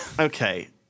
Okay